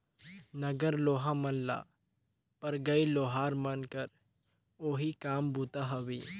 नांगर लोहा मन ल फरगई लोहार मन कर ओही काम बूता हवे